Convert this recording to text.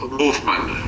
movement